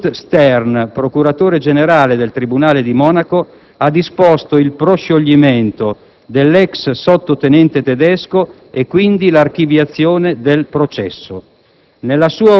August Stern, procuratore generale del tribunale di Monaco, ha disposto il proscioglimento dell'ex sottotenente tedesco e, quindi, l'archiviazione del processo.